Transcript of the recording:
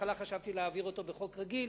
בהתחלה חשבתי להעביר אותו בחוק רגיל,